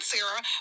Sarah